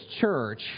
church